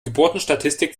geburtenstatistik